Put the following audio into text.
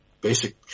basic